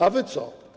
A wy co?